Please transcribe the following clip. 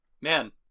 Man